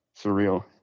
surreal